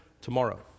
tomorrow